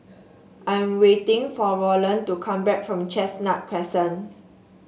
I am waiting for Rolland to come back from Chestnut Crescent